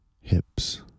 hips